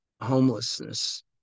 homelessness